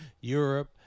Europe